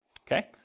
okay